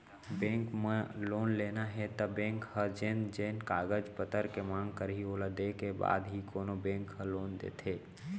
bank म loan लेना हे त बेंक ह जेन जेन कागज पतर के मांग करही ओला देय के बाद ही कोनो बेंक ह लोन देथे